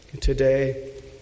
Today